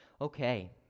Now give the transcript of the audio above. Okay